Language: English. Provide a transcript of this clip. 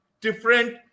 different